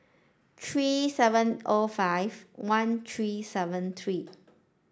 three seven O five one three seven three